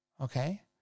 okay